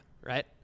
right